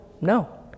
No